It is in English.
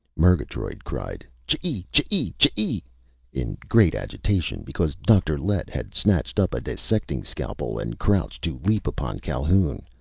murgatroyd cried chee! chee! chee! in great agitation, because dr. lett had snatched up a dissecting scalpel and crouched to leap upon calhoun.